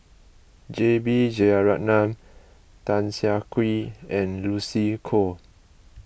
J B Jeyaretnam Tan Siah Kwee and Lucy Koh